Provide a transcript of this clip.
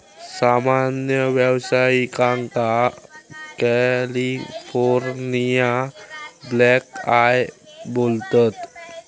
सामान्य व्यावसायिकांका California black eye बोलतत